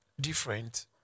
different